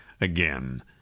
again